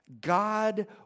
God